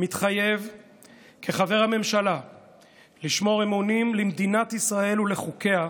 מתחייב כחבר הממשלה לשמור אמונים למדינת ישראל ולחוקיה,